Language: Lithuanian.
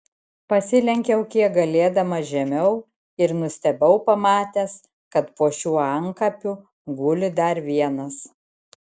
pasilenkiau kiek galėdamas žemiau ir nustebau pamatęs kad po šiuo antkapiu guli dar vienas